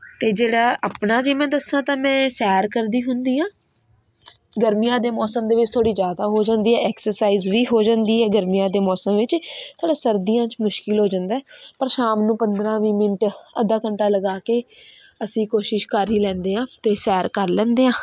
ਅਤੇ ਜਿਹੜਾ ਆਪਣਾ ਜੇ ਮੈਂ ਦੱਸਾਂ ਤਾਂ ਮੈਂ ਸੈਰ ਕਰਦੀ ਹੁੰਦੀ ਹਾਂ ਗਰਮੀਆਂ ਦੇ ਮੌਸਮ ਦੇ ਵਿੱਚ ਥੋੜ੍ਹੀ ਜ਼ਿਆਦਾ ਹੋ ਜਾਂਦੀ ਹੈ ਐਕਸਰਸਾਈਜ਼ ਵੀ ਹੋ ਜਾਂਦੀ ਹੈ ਗਰਮੀਆਂ ਦੇ ਮੌਸਮ ਵਿੱਚ ਥੋੜ੍ਹਾ ਸਰਦੀਆਂ 'ਚ ਮੁਸ਼ਕਲ ਹੋ ਜਾਂਦਾ ਪਰ ਸ਼ਾਮ ਨੂੰ ਪੰਦਰਾਂ ਵੀਹ ਮਿੰਟ ਅੱਧਾ ਘੰਟਾ ਲਗਾ ਕੇ ਅਸੀਂ ਕੋਸ਼ਿਸ਼ ਕਰ ਹੀ ਲੈਂਦੇ ਹਾਂ ਅਤੇ ਸੈਰ ਕਰ ਲੈਂਦੇ ਹਾਂ